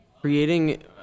creating